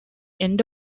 end